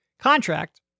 contract